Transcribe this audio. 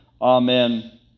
amen